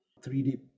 3D